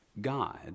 God